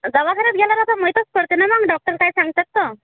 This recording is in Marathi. दवाखान्यात गेल्यावर आता माहितच पडते ना मग डॉक्टर काय सांगतात तर